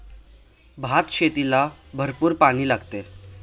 भातशेतीला भरपूर पाणी लागते